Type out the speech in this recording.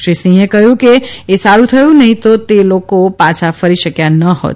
શ્રી સિંહે કહયું કે એ સારૂ થયું નહી તો તે લોકો પાછા ફરી શકથા ન હોત